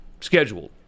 scheduled